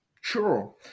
Sure